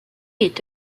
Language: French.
est